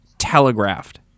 Telegraphed